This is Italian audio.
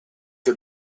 che